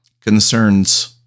concerns